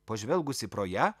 pažvelgusi pro ją